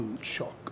shock